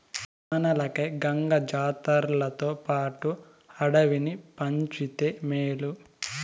వానలకై గంగ జాతర్లతోపాటు అడవిని పంచితే మేలు